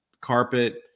carpet